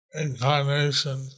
Incarnation